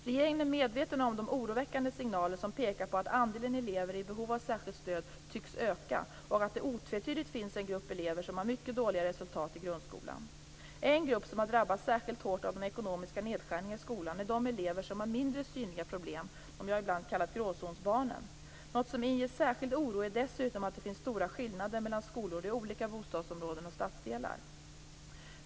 Regeringen är medveten om de oroväckande signaler som pekar på att andelen elever i behov av särskilt stöd tycks öka och att det otvetydigt finns en grupp elever som har mycket dåliga resultat i grundskolan. En grupp som har drabbats särskilt hårt av de ekonomiska nedskärningarna i skolan är de elever som har mindre synliga problem, de s.k. gråzonsbarnen. Något som inger särskild oro är dessutom att det finns stora skillnader mellan skolor i olika bostadsområden och stadsdelar.